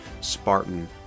Spartan